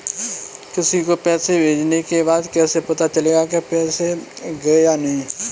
किसी को पैसे भेजने के बाद कैसे पता चलेगा कि पैसे गए या नहीं?